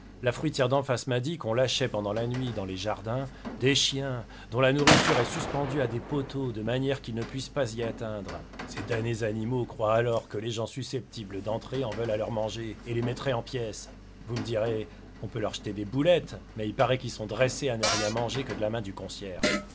la fruitière d'en face m'a dit qu'on lâchait pendant la nuit dans les jardins des chiens dont la nourriture est suspendue à des poteaux de manière qu'ils ne puissent pas y atteindre ces damnés animaux croient alors que les gens susceptibles d'entrer en veulent à leur manger et les mettraient en pièces vous me direz qu'on peut leur jeter des boulettes mais il paraît qu'ils sont dressés à ne rien manger que de la main du concierge